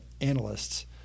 analysts